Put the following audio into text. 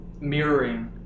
mirroring